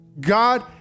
God